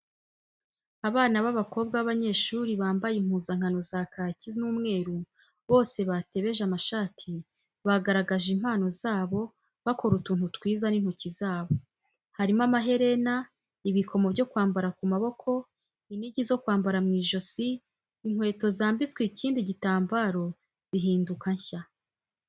Abana b'abakobwa b'abanyeshuri bambaye impuzankano za kaki n'umweru, bose batebeje amashati, bagaragaje impano zabo bakora utuntu twiza n'intoki zabo, harimo amaherena, ibikomo byo kwambara ku maboko, inigi zo kwambara mu ijosi, inkweto zambitswe ikindi gitambaro zihinduka nshya.